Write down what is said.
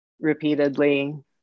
repeatedly